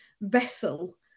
vessel